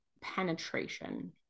penetration